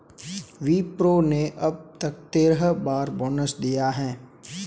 विप्रो ने अब तक तेरह बार बोनस दिया है